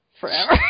Forever